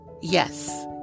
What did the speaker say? Yes